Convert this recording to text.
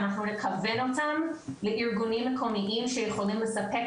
אנחנו נכוון אותם לארגונים מקומיים שיכולים לספק